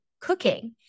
cooking